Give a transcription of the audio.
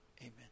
amen